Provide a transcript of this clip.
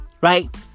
Right